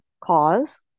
cause